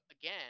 again